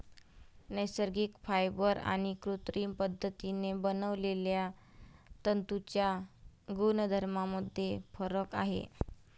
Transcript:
नैसर्गिक फायबर आणि कृत्रिम पद्धतीने बनवलेल्या तंतूंच्या गुणधर्मांमध्ये फरक आहे